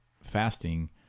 fasting